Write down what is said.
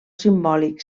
simbòlic